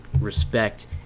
respect